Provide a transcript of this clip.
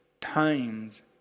times